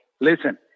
listen